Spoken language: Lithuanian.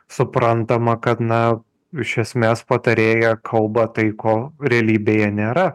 suprantama kad na iš esmės patarėja kalba tai ko realybėje nėra